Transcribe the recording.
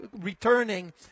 returning